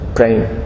praying